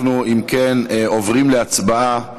אם כן, אנחנו מצביעים